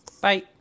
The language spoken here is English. Bye